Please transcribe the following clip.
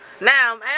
Now